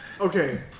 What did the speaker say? Okay